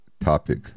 topic